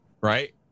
right